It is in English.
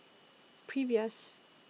previous